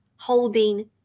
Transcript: Holding